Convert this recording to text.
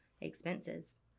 expenses